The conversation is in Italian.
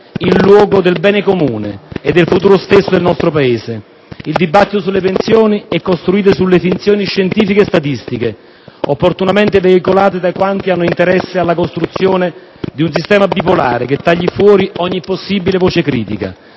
in luogo del bene comune e del futuro stesso del nostro Paese. Il dibattito sulle pensioni è costruito sulle finzioni scientifiche e statistiche, opportunamente veicolate da quanti hanno interesse alla costruzione di un sistema bipolare che tagli fuori ogni possibile voce critica.